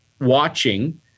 watching